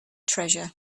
treasure